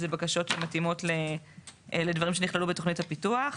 אלה הם דברים שנכללו בתכנית הפיתוח.